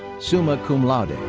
summa cum laude.